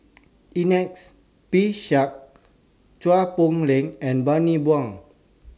Ernest P Shanks Chua Poh Leng and Bani Buang